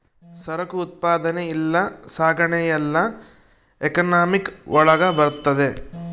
ಸರಕು ಉತ್ಪಾದನೆ ಇಲ್ಲ ಸಾಗಣೆ ಎಲ್ಲ ಎಕನಾಮಿಕ್ ಒಳಗ ಬರ್ತದೆ